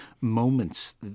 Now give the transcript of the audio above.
moments